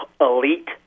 elite